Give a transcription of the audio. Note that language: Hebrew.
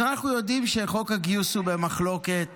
אז אנחנו יודעים שחוק הגיוס הוא במחלוקת,